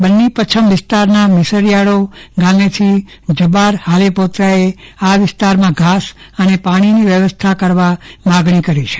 બન્ની પચ્છમ વિસ્તારના મિસરીયાળો ગામેથી જબાર હાલેપોત્રાએ આ વિસ્તારમાં ઘાસ અને પાણીની વ્યવસ્થા કરવા માગણી કરી છે